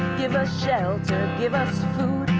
give us shelter, give us food!